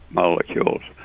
molecules